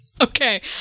Okay